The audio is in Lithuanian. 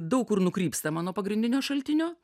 daug kur nukrypstama nuo pagrindinio šaltinio